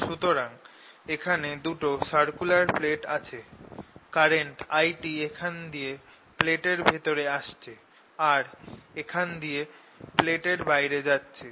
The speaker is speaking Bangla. সুতরাং এখানে দুটো সার্কুলার প্লেট আছে কারেন্ট I এখান দিয়ে প্লেট এর ভেতরে আসছে আর এখান দিয়ে প্লেট এর বাইরে যাচ্ছে